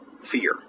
fear